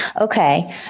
Okay